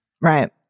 Right